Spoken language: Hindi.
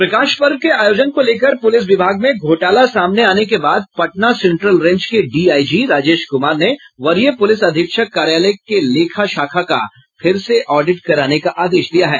प्रकाश पर्व के आयोजन को लेकर पुलिस विभाग में घोटाला सामने आने के बाद पटना सेंट्रल रेंज के डीआईजी राजेश कुमार ने वरीय पुलिस अधीक्षक कार्यालय के लेखा शाखा का फिर से ऑडिट कराने का आदेश दिया है